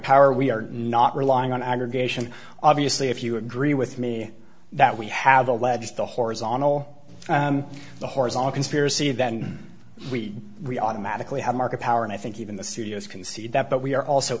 power we are not relying on aggregation obviously if you agree with me that we have alleged the horizontal the whores all conspiracy then we we automatically have market power and i think even the studios can see that but we are also